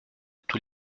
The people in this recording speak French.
tous